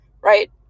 Right